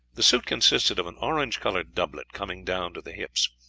the suit consisted of an orange-coloured doublet coming down to the hips,